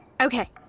Okay